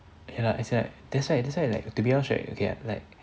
okay lah as in like that's why that's why I like to be honest right like